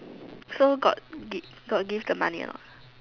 so got got got give the money or not